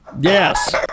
Yes